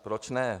Proč ne?